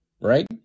Right